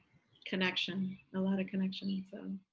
connection and a lot of connection.